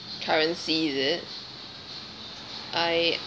currency is it I